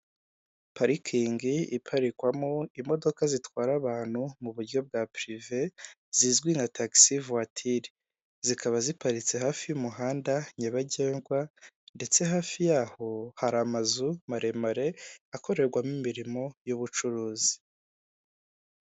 Parikingi iparikwamo imodoka zitwara abantu mu buryo bwa pirive, zizwi nka taxi voiture, zikaba ziparitse hafi y'umuhanda nyabagendwa ndetse hafi yaho, hari amazu maremare, akorerwamo imirimo y'ubucuruzi.